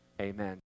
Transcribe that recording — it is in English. Amen